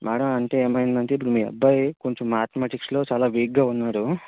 madam అంటే ఏమైంది అంటే ఇప్పుడు మీ అబ్బాయి కొంచెం మ్యాథ్మెటిక్స్లో చాలా వీక్గా ఉన్నాడు